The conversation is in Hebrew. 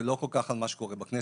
ולא כל כך על מה שקורה בכנסת,